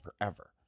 forever